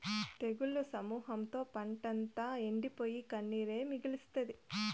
తెగుళ్ల సమూహంతో పంటంతా ఎండిపోయి, కన్నీరే మిగిల్సే